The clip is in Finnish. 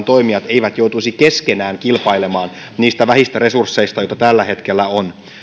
toimijat eivät joutuisi keskenään kilpailemaan niistä vähistä resursseista joita tällä hetkellä on